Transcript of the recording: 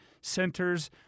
centers